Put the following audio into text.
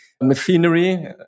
machinery